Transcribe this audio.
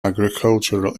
agricultural